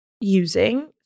using